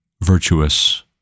virtuous